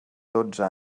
dotze